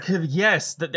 Yes